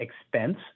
expense